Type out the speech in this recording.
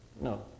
No